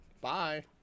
bye